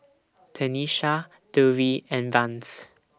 Tenisha Dovie and Vance